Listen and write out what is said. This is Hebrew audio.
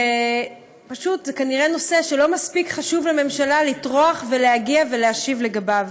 פשוט זה כנראה נושא שלא מספיק חשוב לממשלה לטרוח ולהגיע ולהשיב לגביו.